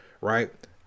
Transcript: right